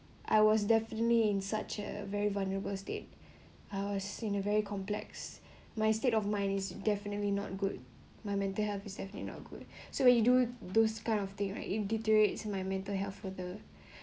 it means a lot I was definitely in such a very vulnerable state I was in a very complex my state of mind is definitely not good my mental health is definitely not good so where you do those kind of thing right it deteriorates my mental health further